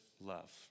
love